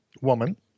woman